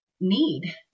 need